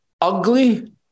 ugly